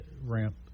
ramp